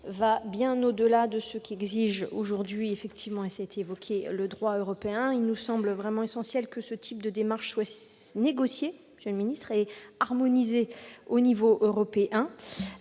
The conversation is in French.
va bien au-delà de ce qu'exige effectivement- cela a été évoqué -le droit européen. Il nous semble essentiel que ce type de démarche soit négocié, monsieur le ministre, et harmonisé au niveau européen.